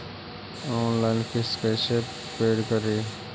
Online किस्त कैसे paid करि?